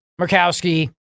Murkowski